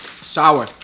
Sour